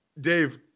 Dave